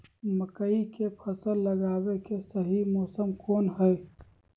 मकई के फसल लगावे के सही मौसम कौन हाय?